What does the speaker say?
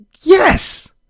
Yes